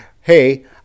hey